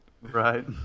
Right